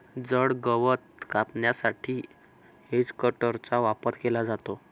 जड गवत कापण्यासाठी हेजकटरचा वापर केला जातो